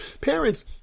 Parents